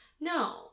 No